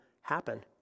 happen